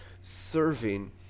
serving